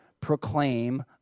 proclaim